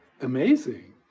amazing